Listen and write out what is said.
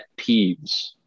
peeves